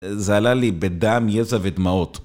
זה עלה לי בדם, יזע ודמעות